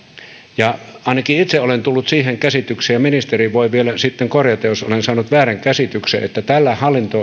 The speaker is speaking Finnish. ainakin itse olen tullut siihen käsitykseen ja ministeri voi vielä sitten korjata jos olen saanut väärän käsityksen että tällä